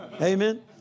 Amen